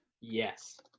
Yes